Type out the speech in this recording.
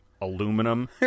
aluminum